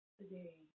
today